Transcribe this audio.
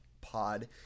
pod